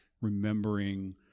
remembering